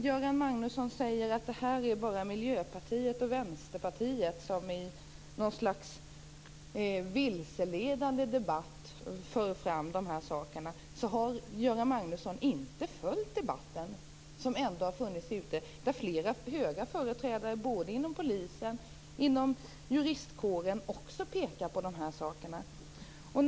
Göran Magnusson säger att det bara är Miljöpartiet och Vänsterpartiet som för fram dessa saker i något slags vilseledande debatt. Då har Göran Magnusson inte följt debatten som har förts ute i samhället. Flera höga företrädare både inom polisen och i juristkåren pekar också på de här sakerna.